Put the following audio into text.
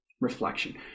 Reflection